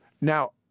Now